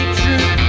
true